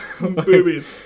boobies